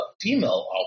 female